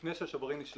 לפני שהשוברים נשלחים.